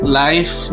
life